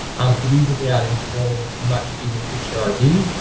um, it is about informing a much bigger picture idea,